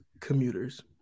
commuters